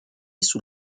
sous